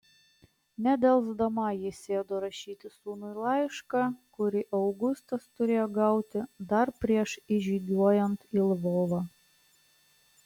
nedelsdama ji sėdo rašyti sūnui laišką kurį augustas turėjo gauti dar prieš įžygiuojant į lvovą